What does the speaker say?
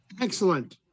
excellent